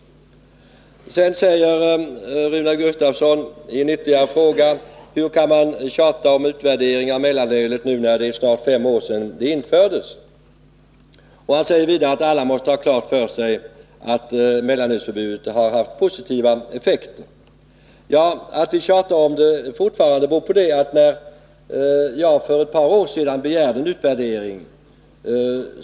Sedan frågade Rune Gustavsson hur man kan tjata om en utvärdering beträffande mellanölet, då det ju snart är fem år sedan förbudet infördes. Vidare sade Rune Gustavsson att alla måste ha klart för sig att mellanölsförbudet har haft positiva effekter. Att vi tjatar fortfarande beror på att det för ett par år sedan begärdes en utvärdering.